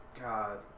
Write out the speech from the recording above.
God